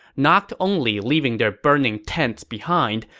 not only leaving their burning tents behind,